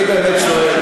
אני באמת שואל,